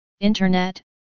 internet